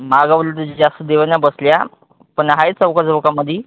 मागं उलट जास्त देव्या नाही बसल्या पण आहे चौकाचौकामध्ये